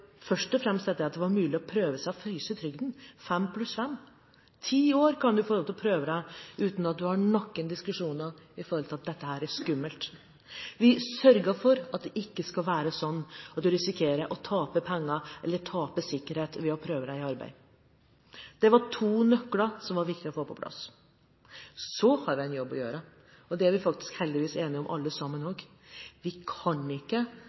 mulig å prøve seg – å fryse trygden. Fem pluss fem – i ti år kan du få lov til å prøve deg uten noen diskusjoner med tanke på at dette er skummelt. Vi sørget for at det ikke skal være slik at du risikerer å tape penger eller sikkerhet ved å prøve deg i arbeid. Det var to nøkler som var viktig å få på plass. Så har vi en jobb å gjøre – det er vi heldigvis enige om alle sammen. Vi kan ikke